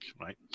right